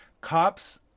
Cops